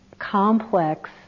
complex